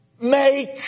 make